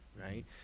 right